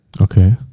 Okay